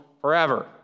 forever